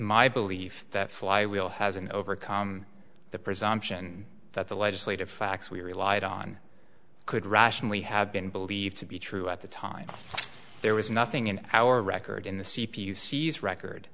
my belief that flywheel has and overcome the presumption that the legislative facts we relied on could rationally have been believed to be true at the time there was nothing in our record in the c p u sees record